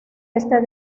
este